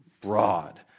broad